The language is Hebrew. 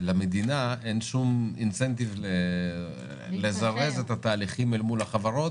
למדינה אין שום אינסנטיב לזרז את ההליכים מול החברות,